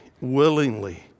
willingly